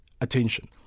attention